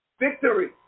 victory